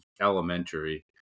elementary